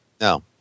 No